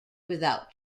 without